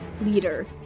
leader